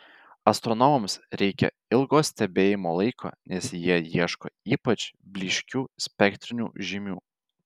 astronomams reikia ilgo stebėjimo laiko nes jie ieško ypač blyškių spektrinių žymių